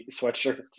sweatshirt